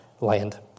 land